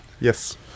Yes